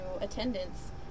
attendance